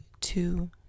two